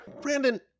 Brandon